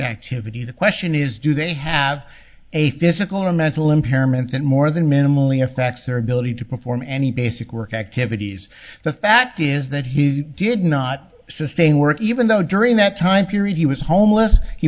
activity the question is do they have a physical or mental impairment that more than minimally affects their ability to perform any basic work activities the fact is that he did not sustain work even though during that time period he was homeless he